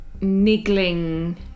niggling